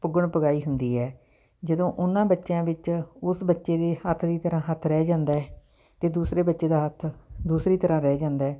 ਪੁੱਗਣ ਪੁਗਾਈ ਹੁੰਦੀ ਹੈ ਜਦੋਂ ਉਹਨਾਂ ਬੱਚਿਆਂ ਵਿੱਚ ਉਸ ਬੱਚੇ ਦੇ ਹੱਥ ਦੀ ਤਰ੍ਹਾਂ ਹੱਥ ਰਹਿ ਜਾਂਦਾ ਅਤੇ ਦੂਸਰੇ ਬੱਚੇ ਦਾ ਹੱਥ ਦੂਸਰੀ ਤਰ੍ਹਾਂ ਰਹਿ ਜਾਂਦਾ